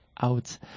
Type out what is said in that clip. out